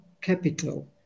capital